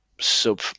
sub